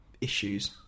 issues